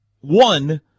One